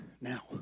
now